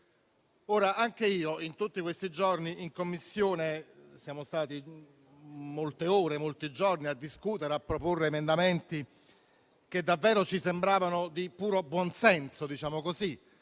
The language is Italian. sullo stesso tema. In questi giorni, in Commissione, siamo stati molte ore e molti giorni a discutere e a proporre emendamenti che davvero ci sembravano di puro buonsenso e che